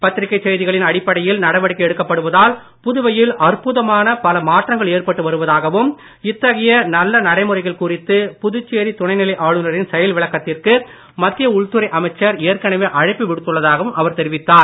பத்திரிக்கைச் செய்திகளின் புதுவையில் அற்புதமான பல மாற்றங்கள் ஏற்பட்டு வருவதாகவும் இத்தகைய நல்ல நடைமுறைகள் குறித்துப் புதுச்சேரி துணைநிலை ஆளுநரின் செயல் விளக்கத்திற்கு மத்திய உள்துறை அமைச்சர் ஏற்கனவே அழைப்பு விடுத்துள்ளதாகவும் அவர் தெரிவித்தார்